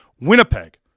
Winnipeg